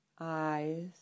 eyes